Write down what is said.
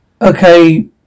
okay